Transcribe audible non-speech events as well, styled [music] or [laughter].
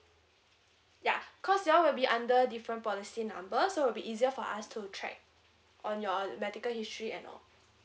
ya [breath] cause you all will be under different policy number so it will be easier for us to track on your l~ medical history and all